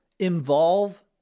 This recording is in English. involve